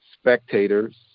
spectators